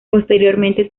posteriormente